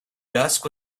dusk